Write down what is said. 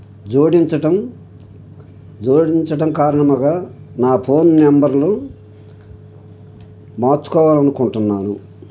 జోడించడం జోడించడం కారణముగా నా ఫోన్ నెంబర్లు మార్చుకోవాలి అనుకుంటున్నాను